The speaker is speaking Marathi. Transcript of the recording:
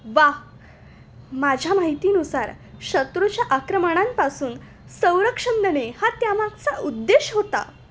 वाह माझ्या माहितीनुसार शत्रुच्या आक्रमणांपासून संरक्षण देणे हा त्यामागचा उद्देश होता